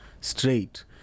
straight